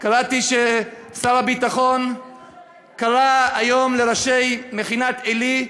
קראתי ששר הביטחון קרא היום לראשי מכינת עלי,